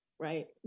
Right